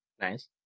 Nice